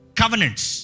covenants